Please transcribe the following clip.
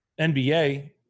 NBA